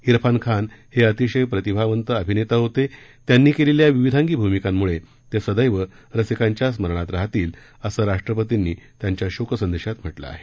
इरफान खान हे अतिशय प्रतिभावंत अभिनेता होते त्यांनी केलेल्या विविधांगी भुमिकांमुळे ते सदैव रसिकांच्या स्मरणात राहतील असं राष्ट्रपतींनी पाठवलेल्या शोकसंदेशात म्हटलं आहे